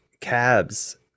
cabs